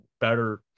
better